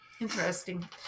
interesting